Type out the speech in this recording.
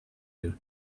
you